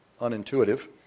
unintuitive